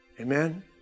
Amen